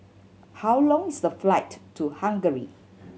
how long is the flight to Hungary